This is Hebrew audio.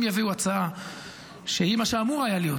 אם יביאו הצעה שהיא מה שהיה אמור להיות,